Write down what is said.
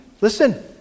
listen